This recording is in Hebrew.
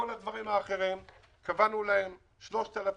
קבענו להם 3,000,